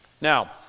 Now